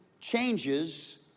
changes